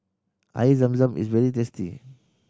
Air Zam Zam is very tasty